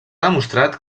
demostrat